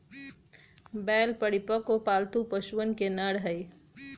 बैल परिपक्व, पालतू पशुअन के नर हई